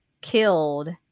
killed